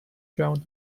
drowned